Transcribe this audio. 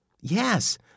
Yes